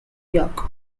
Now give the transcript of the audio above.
york